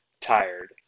tired